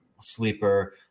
sleeper